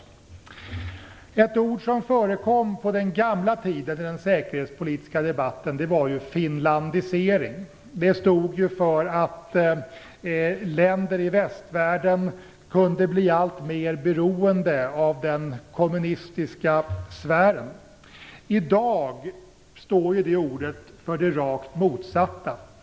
Ett ord som förekom på den gamla tiden i den säkerhetspolitiska debatten var "finlandisering". Det stod för att länder i västvärlden kunde bli alltmer beroende av den kommunistiska sfären. I dag står det ordet för det rakt motsatta.